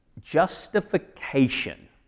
justification